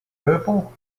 purple